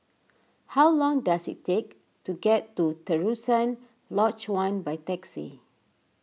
how long does it take to get to Terusan Lodge one by taxi